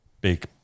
big